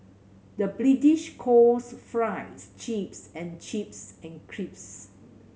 the British calls fries chips and chips crips